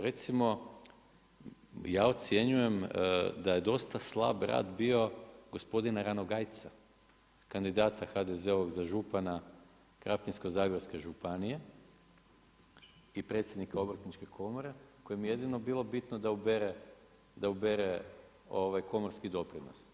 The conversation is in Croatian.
Recimo ja ocjenjujem da je dosta slab rad bio gospodina Ranogajca, kandidata HDZ-ovog za župana Krapinsko-zagorske županije, i predsjednika obrtničke komore, kojemu je jedino bilo bitno da ubere komorski doprinos.